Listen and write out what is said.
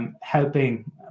Helping